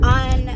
on